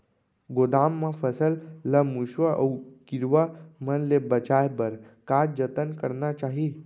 गोदाम मा फसल ला मुसवा अऊ कीरवा मन ले बचाये बर का जतन करना चाही?